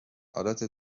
آلت